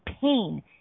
pain